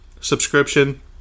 subscription